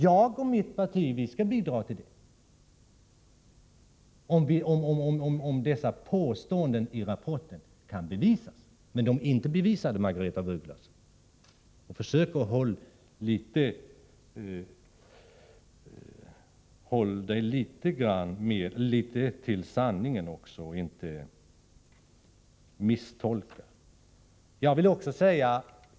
Jag och mitt parti skall bidra till det, om dessa påståenden i rapporten kan bevisas. Men de är inte bevisade, Margaretha af Ugglas. Margaretha af Ugglas bör försöka hålla sig litet till sanningen också och inte misstolka uppgifter.